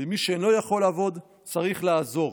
למי שאינו יכול לעבוד, צריך לעזור.